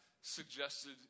suggested